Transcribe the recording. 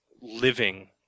living